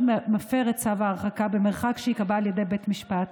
מפר את צו ההרחקה במרחק שייקבע על ידי בית משפט